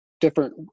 different